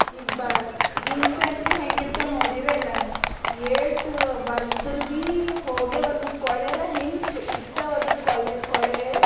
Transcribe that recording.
ಹೀಗೆ ಬ jeans pant ಭೀ ಹೆಂಗೆ ಇರ್ತವ ನೋಡಿರೇ ಇಲ್ಲ ನೀವು ಏಟ್ ಒರೆಸಿದ್ರ ಭೀ ಹೋಗೆವಲ್ಲು ಕೊಳೆರಾ ಹೆಂಗೆ ಇಡ್ತವ ಅದಕ್ಕ ಕೊಲೆ ಕೊಳೆ